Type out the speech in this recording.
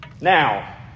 Now